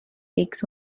takes